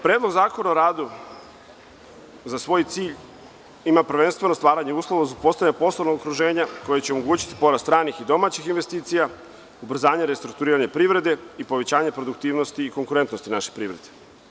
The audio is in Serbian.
Predlog zakona o radu za svoj cilj ima prvenstveno stvaranje uslova za postojanje poslovnog okruženja koje će omogućiti porast stranih i domaćih investicija, ubrzanje restrukturiranja privrede i povećanje produktivnosti i konkurentnosti naše privrede.